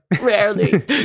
Rarely